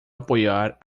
apoiar